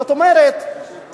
זאת אומרת,